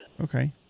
Okay